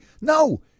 No